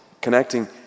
connecting